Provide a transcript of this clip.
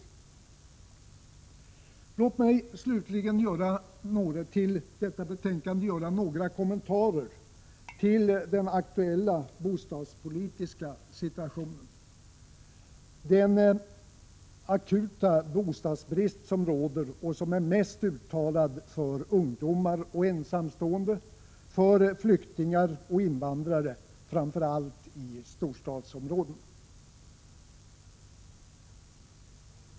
16 december 1986 Låt mig slutligen i samband med behandlingen av detta betänkande göra —— —:||tt: några kommentarer till den aktuella bostadspolitiska situationen, den akuta Bostadspolitiska frågor, m.m. bostadsbrist som råder och som är mest uttalad för ungdomar och ensamstående, för flyktingar och invandrare, framför allt i storstadsområdena.